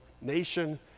nation